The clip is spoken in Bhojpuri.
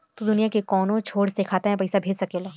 तू दुनिया के कौनो छोर से खाता में पईसा भेज सकेल